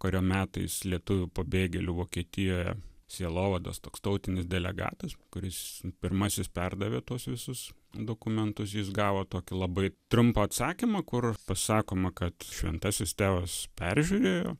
kario metais lietuvių pabėgėlių vokietijoje sielovados toks tautinis delegatas kuris pirmasis perdavė tuos visus dokumentus jis gavo tokį labai trumpą atsakymą kur pasakoma kad šventasis tėvas peržiūrėjo